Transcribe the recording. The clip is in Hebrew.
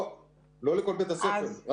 לא לכל בית הספר.